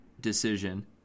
decision